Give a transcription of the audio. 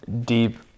deep